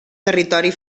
territori